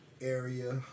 area